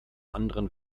anderen